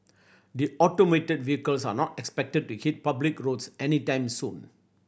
the automated vehicles are not expected to hit public roads anytime soon